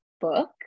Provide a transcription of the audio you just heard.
book